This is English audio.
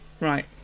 right